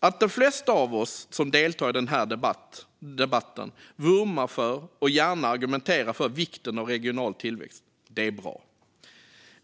Att de flesta av oss som deltar i denna debatt vurmar för och gärna argumenterar för vikten av regional tillväxt är bra.